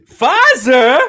Pfizer